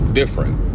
different